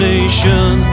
Nation